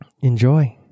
Enjoy